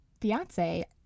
fiance